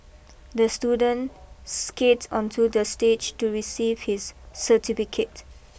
the student skate onto the stage to receive his certificate